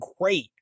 great